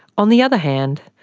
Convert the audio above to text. on the other hand,